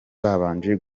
babanje